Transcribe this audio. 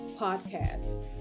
Podcast